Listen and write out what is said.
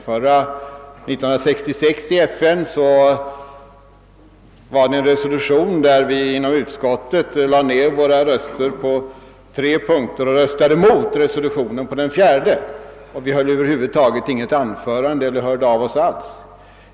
1966 framlades det en resolution i FN, varvid vi inom utskottet lade ner våra röster på tre punkter och röstade mot resolutionen på den fjärde punkten. Vi höll över huvud taget inte något anförande eller hörde av oss alls.